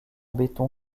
béton